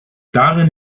darin